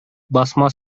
басма